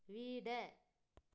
വീട്